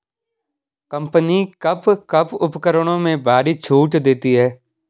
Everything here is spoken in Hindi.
कंपनी कब कब उपकरणों में भारी छूट देती हैं?